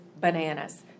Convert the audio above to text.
bananas